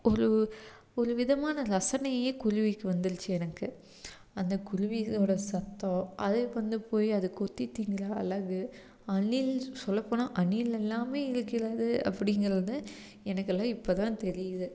ஒரு ஒரு விதமான ரசனையே குருவிக்கு வந்துருச்சு எனக்கு அந்த குருவிகளோடய சத்தம் அதே வந்து போய் கொத்தி திங்கின்ற அழகு அணில் சொல்ல போனால் அணிலெல்லாமே இருக்கிறது அப்படிங்கறது எனக்கெல்லாம் இப்போ தான் தெரியுது